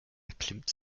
erklimmt